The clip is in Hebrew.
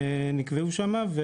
שנקבעו שמה.